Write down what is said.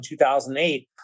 2008